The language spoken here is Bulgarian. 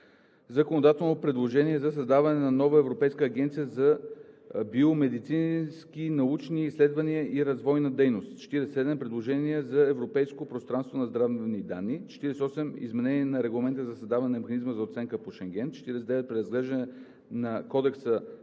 Законодателно предложение за създаване на нова Европейска агенция за биомедицински научни изследвания и развойна дейност. 47. Предложение за европейско пространство на здравни данни. 48. Изменение на Регламента за създаване на механизма за оценка по Шенген. 49. Преразглеждане на Кодекса